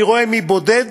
אני רואה מי בודד,